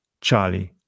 Charlie